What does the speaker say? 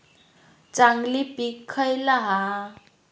चांगली पीक खयला हा?